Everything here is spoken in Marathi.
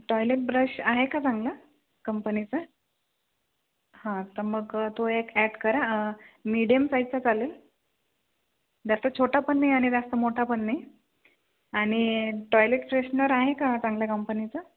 टॉयलेट ब्रश आहे का चांगला कंपनीचा हा तर मग तो एक ॲड करा मिडीयम साईजचा चालेल जास्त छोटा पण नाही आणि जास्त मोठा पण नाही आणि टॉयलेट फ्रेशनर आहे का चांगल्या कंपनीचा